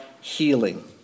Healing